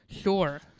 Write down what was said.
Sure